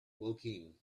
woking